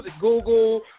Google